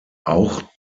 auch